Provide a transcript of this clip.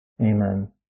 Amen